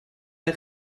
der